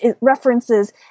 references